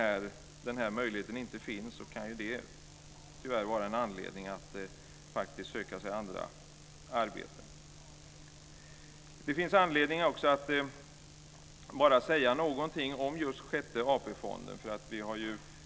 Om denna möjlighet inte finns kan det vara en anledning för de anställda att söka sig andra arbeten. Det finns anledning att säga någonting om just Sjätte AP-fonden.